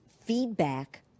feedback